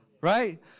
right